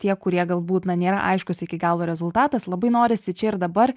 tie kurie galbūt na nėra aiškus iki galo rezultatas labai norisi čia ir dabar